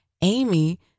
Amy